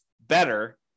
better